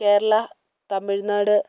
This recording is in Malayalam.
കേരളം തമിഴ്നാട്